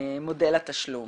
מודל התשלום